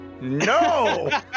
No